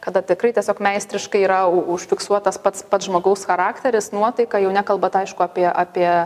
kada tikrai tiesiog meistriškai yra užfiksuotas pats pats žmogaus charakteris nuotaika jau nekalbant aišku apie apie